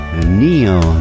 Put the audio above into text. Neon